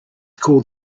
called